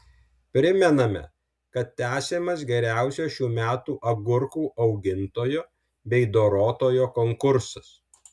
primename kad tęsiamas geriausio šių metų agurkų augintojo bei dorotojo konkursas